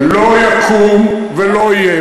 לא יקום ולא יהיה.